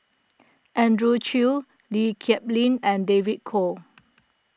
Andrew Chew Lee Kip Lin and David Kwo